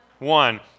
One